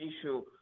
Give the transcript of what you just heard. issue